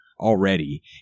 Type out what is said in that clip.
already